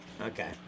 Okay